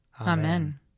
Amen